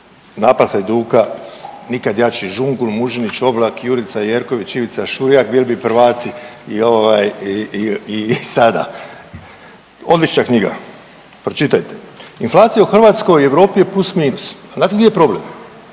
napad Hajduka, nikad jači Žungul, Mužinić, Oblak, Jurica Jerković i Ivica Šurjak bili bi prvaci i ovaj i, i, i sada. Odlična knjiga, pročitajte. Inflacija u Hrvatskoj i Europi je plus, minus. A znate di je problem?